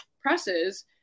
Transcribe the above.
presses